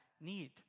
need